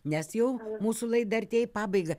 nes jau mūsų laida artėja į pabaigą